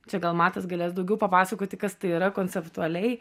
čia gal matas galės daugiau papasakoti kas tai yra konceptualiai